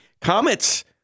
Comets